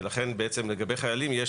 ולכן לגבי חיילים,